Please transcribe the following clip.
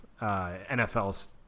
NFL's